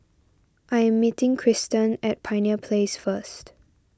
I am meeting Kristan at Pioneer Place first